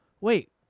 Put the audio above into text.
Wait